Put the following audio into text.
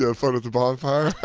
to have fun at the bonfire.